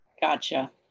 Gotcha